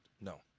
No